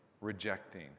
rejecting